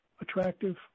attractive